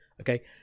okay